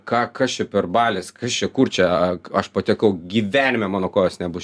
ką kas čia per balis kas čia kur čia aš patekau gyvenime mano kojos nebus